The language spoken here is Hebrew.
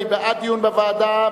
מי בעד דיון בוועדה?